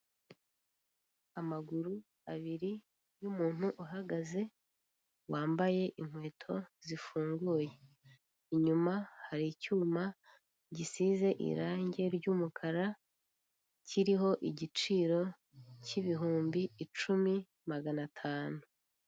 Amaguru abiri y'umuntu uhagaze, wambaye inkweto zifunguye. Inyuma hari icyuma gisize irangi ry'umukara , kiriho igiciro k'ibihumbi icumi, magana atanu.